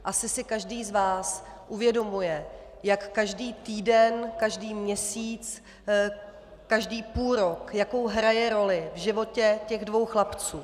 Asi si každý z vás uvědomuje, jak každý týden, každý měsíc, každý půlrok, jakou hraje roli v životě těch dvou chlapců.